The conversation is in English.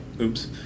oops